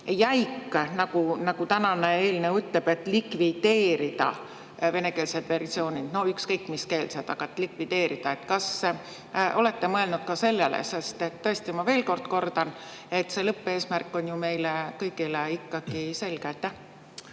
jäik? Tänane eelnõu ütleb, et likvideerida venekeelsed versioonid, ükskõik [millised], aga likvideerida. Kas olete mõelnud ka sellele? Sest tõesti ma veel kord kordan, et lõppeesmärk on ju meile kõigile ikkagi selge.